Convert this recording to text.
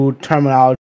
terminology